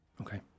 Okay